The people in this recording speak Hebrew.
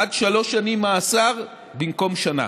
עד שלוש שנים מאסר במקום שנה.